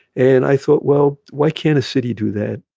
and i thought, well, why can't a city do that?